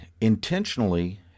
intentionally